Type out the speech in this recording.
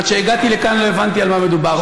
עד שהגעתי לכאן לא הבנתי על מדובר.